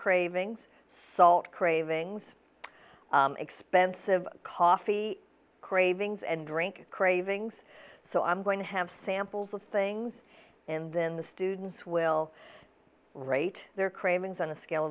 cravings salt cravings expensive coffee cravings and drink cravings so i'm going to have samples of things and then the students will rate their cravings on a scale